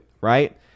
right